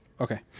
okay